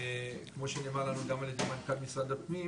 כמו שנאמר לנו גם על ידי מנכ"ל משרד הפנים,